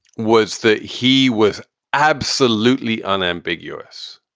was that he was absolutely unambiguous,